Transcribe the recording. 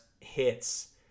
hits